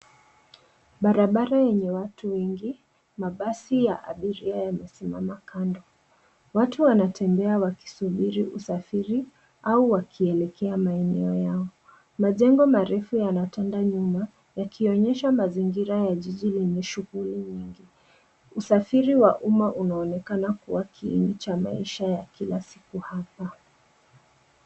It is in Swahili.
Barabara yenye watu wengi, mabasi ya abiria yamesimama kando. Watu wanatembea wakisubiri usafiri au wakielekea maeneo yao. Majengo marefu yanatanda nyuma yakionyesha mazingira ya jiji lenye shughuli nyingi. Usafiri wa umma unaonekana kuwa kiini cha maisha ya kila siku hapa.